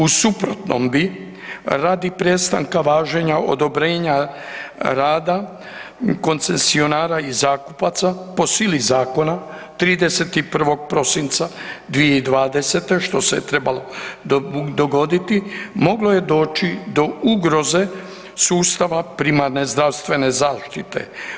U suprotnom bi radi prestanka važenja odobrenja rada koncesionara i zakupaca po sili zakona 31. prosinca 2020. što se trebalo dogoditi, moglo je doći do ugroze sustava primarne zdravstvene zaštite.